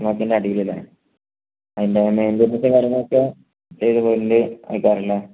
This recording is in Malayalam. അതിൻ്റെ അതിൻ്റെ മെയിൻ്റടെയ്നൻസും കാര്യങ്ങളും ഒക്കെ ചെയ്ത് അയക്കാറില്ലേ